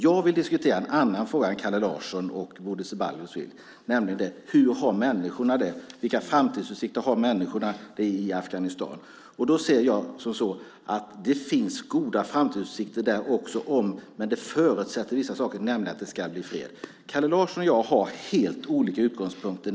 Jag vill diskutera en annan fråga än vad Kalle Larsson och Bodil Ceballos vill, nämligen hur människorna har det, vilka framtidsutsikter människorna har i Afghanistan. Det finns goda framtidsutsikter där också, men det förutsätter vissa saker, nämligen att det ska bli fred. Kalle Larsson och jag har helt olika utgångspunkter.